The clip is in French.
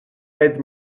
aide